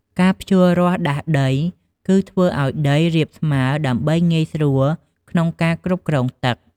ការភ្ជូររាស់ដាស់ដីគឺ ធ្វើឱ្យដីរាបស្មើដើម្បីងាយស្រួលក្នុងការគ្រប់គ្រងទឹក។